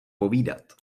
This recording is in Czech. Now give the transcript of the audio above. povídat